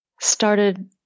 started